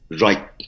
right